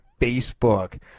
Facebook